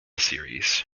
series